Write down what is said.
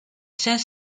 saint